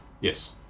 Yes